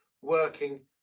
working